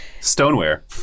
stoneware